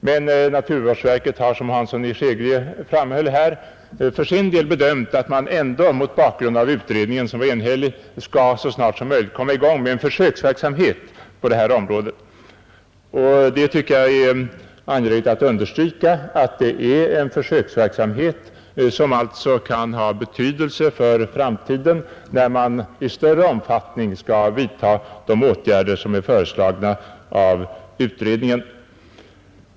Men naturvårdsverket har, som herr Hansson i Skegrie framhöll, för sin del ansett att man mot bakgrund av utredningen, som var enhällig, bör så snart som möjligt komma i gång med en försöksverksamhet på detta område. Jag tycker att det är angeläget att understryka att det gäller en försöksverksamhet, som alltså kan ha betydelse för framtiden när man i större omfattning skall vidta de åtgärder som är föreslagna av utredningen.